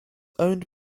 owned